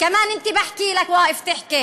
גם אליך אני מדברת ואני